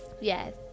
yes